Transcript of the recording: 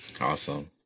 Awesome